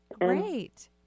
Great